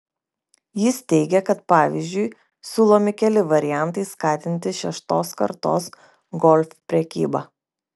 jis teigia kad pavyzdžiui siūlomi keli variantai skatinti šeštos kartos golf prekybą